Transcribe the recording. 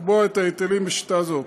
לקבוע את ההיטלים בשיטה זו.